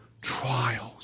Trials